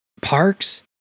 parks